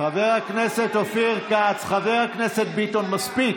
חבר הכנסת אופיר כץ, חבר הכנסת ביטון, מספיק.